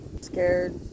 scared